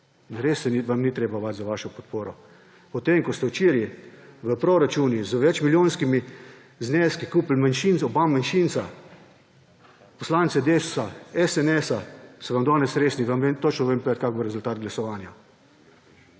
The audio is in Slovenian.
res se vam ni treba bati za vašo podporo. Potem ko ste včeraj v proračunu z večmilijonskimi zneski kupili oba manjšinca, poslance Desusa, SNS, se vam danes res ni …, vam točno vem povedati, kakšen bo rezultat glasovanja.